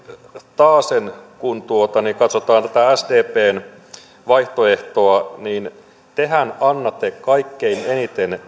taasen kun katsotaan tätä sdpn vaihtoehtoa niin tehän annatte kaikkein eniten